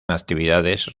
actividades